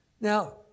Now